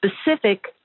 specific